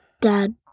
dad